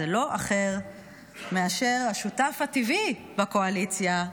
זה לא אחר מאשר השותף הטבעי בקואליציה,